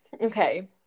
Okay